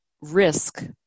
risk